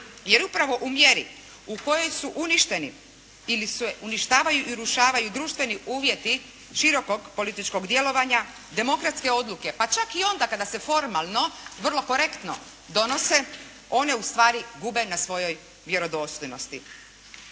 Jer upravo u mjeri u kojoj su uništeni se uništavaju i urušavaju društveni uvjeti širokog političkog djelovanja, demokratske odluke pa čak i onda kada se formalno vrlo korektno donose, one ustvari gube na svojoj vjerodostojnosti.